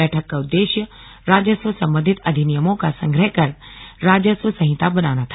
बैठक का उद्देश्य राजस्व सम्बन्धित अधिनियमों का संग्रह कर राजस्व संहिता बनाना था